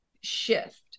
shift